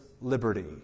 liberty